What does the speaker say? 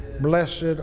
Blessed